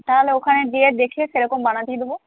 তাহলে ওখানে গিয়ে দেখে সেরকম বানাতে দেবো